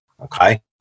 Okay